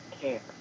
care